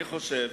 אני חושב